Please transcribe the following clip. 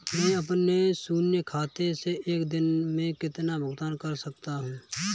मैं अपने शून्य खाते से एक दिन में कितना भुगतान कर सकता हूँ?